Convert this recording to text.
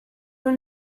will